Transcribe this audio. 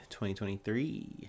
2023